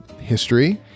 history